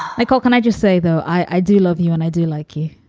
i call can i just say, though, i do love you and i do like you.